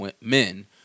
men